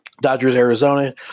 Dodgers-Arizona